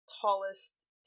tallest